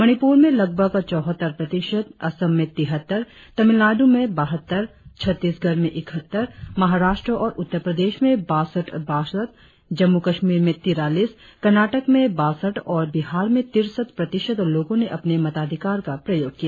मणिपुर में लगभग चौहत्तर प्रतिशत असम में तिहत्तर तमिलनाड़ में बाहत्तर छत्तीसगढ़ में इकहत्तर महाराष्ट्र और उत्तर प्रदेश में बासठ बासठ जम्मू कश्मीर में तिरालीस कर्नाटक में बासठ और बिहार में तिरसठ प्रतिशत लोगो ने अपने मताधिकार का प्रयोग किया